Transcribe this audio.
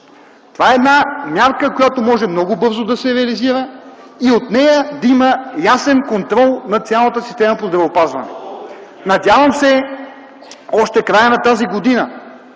Това е една мярка, която може много бързо да се реализира и от нея да има ясен контрол на цялата система по здравеопазването. Надявам се още в края на тази година